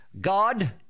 God